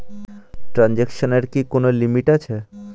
ট্রানজেকশনের কি কোন লিমিট আছে?